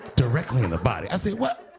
directly in the body? i say, what?